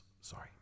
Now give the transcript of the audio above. Sorry